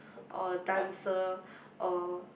or dancer or